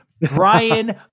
Brian